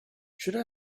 should